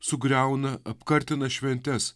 sugriauna apkartina šventes